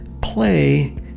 play